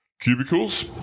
cubicles